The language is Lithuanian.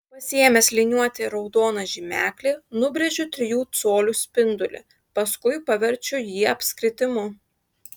pasiėmęs liniuotę ir raudoną žymeklį nubrėžiu trijų colių spindulį paskui paverčiu jį apskritimu